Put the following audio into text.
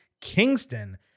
Kingston